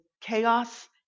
chaos